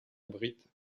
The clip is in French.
abrite